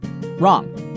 Wrong